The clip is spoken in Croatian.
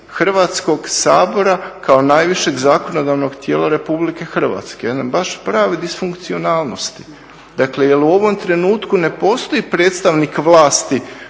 Hrvatskog sabora kao najvišeg zakonodavnog tijela RH, jedan baš pravi disfunkcionalnosti. Dakle jer u ovom trenutku ne postoji predstavnik vlasti